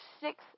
six